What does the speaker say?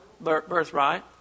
birthright